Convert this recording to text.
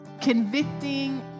convicting